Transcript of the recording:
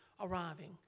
arriving